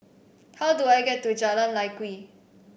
how do I get to Jalan Lye Kwee